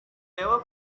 never